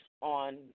on